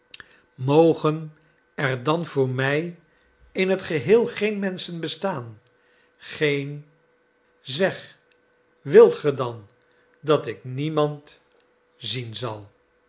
mogen er dan voor mij in t geheel geen menschen bestaan geen zeg wilt ge dan dat ik niemand zien zal